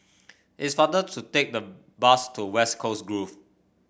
it's faster to take the bus to West Coast Grove